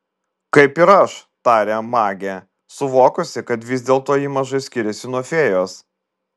kaip ir aš tarė magė suvokusi kad vis dėlto ji mažai skiriasi nuo fėjos